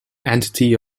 entity